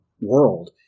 world